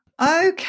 Okay